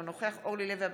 אינו נוכח אורלי לוי אבקסיס,